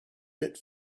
bit